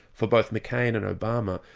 for both mccain and obama,